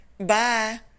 Bye